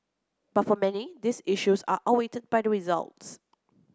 but for many these issues are out weighted by the results